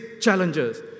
challenges